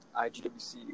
IGWC